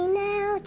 now